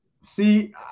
See